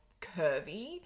curvy